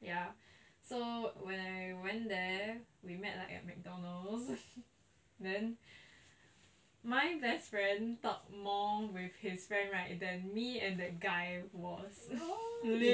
ya so when I went there we met like at mcdonald's then my best friend talked more with his friend right than me and that guy was literally